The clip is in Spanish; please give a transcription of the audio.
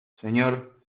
señor